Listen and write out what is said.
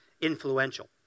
influential